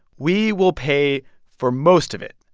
we will pay for most of it,